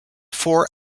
four